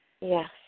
yes